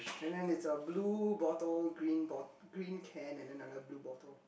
and then is a blue bottle green bot~ green can and then another blue bottle